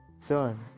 Son